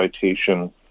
Citation